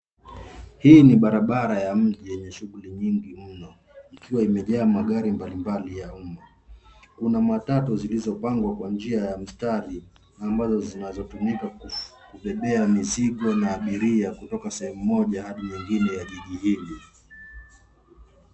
Hii ni barabara ya mji yenye shughuli nyingi mno ikiwa imejaa magari mbalimbali ya umma. Kuna matatu zilizopangwa kwa njia ya mstari ambazo zinazotumika kubebea mizigo na abiria kutoka sehemu moja hadi nyingine ya jiji hili.